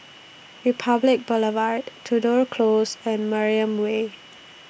Republic Boulevard Tudor Close and Mariam Way